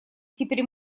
теперь